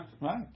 Right